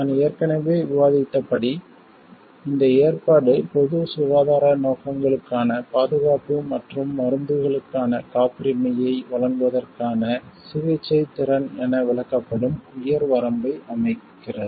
நான் ஏற்கனவே விவாதித்தபடி இந்த ஏற்பாடு பொது சுகாதார நோக்கங்களுக்கான பாதுகாப்பு மற்றும் மருந்துகளுக்கான காப்புரிமையை வழங்குவதற்கான சிகிச்சை திறன் என விளக்கப்படும் உயர் வரம்பை அமைக்கிறது